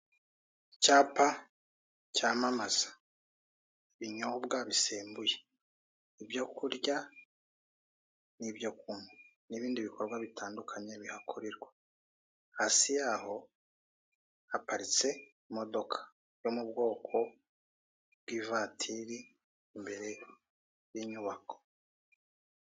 Icyapa cyamamaza. Ibinyobwa bisembuye. Ibyo kurya n'ibyo kunywa. N'ibindi bikorwa bitandukanye bihakorerwa. Hasi yaho haparitse imodoka yo mu bwoko bw'ivatiri, imbere y'inyubako.